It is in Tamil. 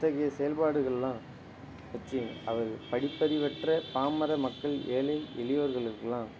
இத்தகைய செயல்பாடுகள்லாம் வச்சு அவர் படிப்பறிவு அற்ற பாமர மக்கள் ஏழை எளியவர்களுக்குலாம்